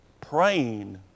praying